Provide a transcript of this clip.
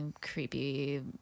creepy